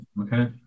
okay